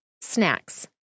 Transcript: snacks